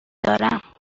دارم